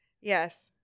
Yes